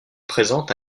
présente